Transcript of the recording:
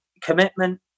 commitment